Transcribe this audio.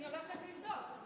אני הולכת לבדוק.